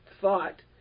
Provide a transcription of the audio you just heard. thought